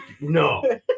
no